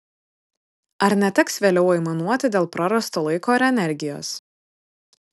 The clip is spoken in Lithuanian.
ar neteks vėliau aimanuoti dėl prarasto laiko ir energijos